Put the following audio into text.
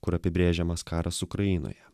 kur apibrėžiamas karas ukrainoje